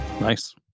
Nice